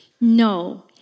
No